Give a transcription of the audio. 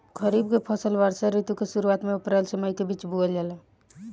खरीफ के फसल वर्षा ऋतु के शुरुआत में अप्रैल से मई के बीच बोअल जाला